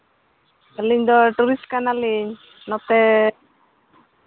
ᱟᱹᱞᱤᱧ ᱫᱚ ᱴᱩᱨᱤᱥᱴ ᱠᱟᱱᱟᱞᱤᱧ ᱱᱚᱛᱮ